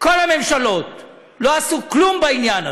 כל הממשלות לא עשו כלום בעניין הזה.